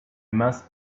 must